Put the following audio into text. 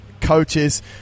coaches